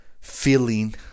feeling